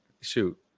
shoot